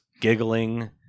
giggling